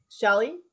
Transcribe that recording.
Shelly